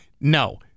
no